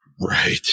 Right